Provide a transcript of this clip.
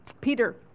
Peter